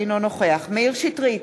אינו נוכח מאיר שטרית,